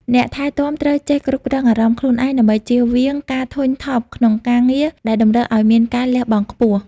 អ្នកថែទាំត្រូវចេះគ្រប់គ្រងអារម្មណ៍ខ្លួនឯង ដើម្បីចៀសវាងការធុញថប់ក្នុងការងារដែលតម្រូវឱ្យមានការលះបង់ខ្ពស់។